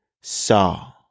Saw